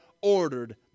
ordered